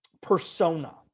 persona